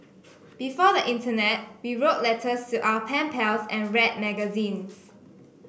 before the internet we wrote letters to our pen pals and read magazines